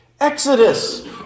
Exodus